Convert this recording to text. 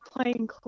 playing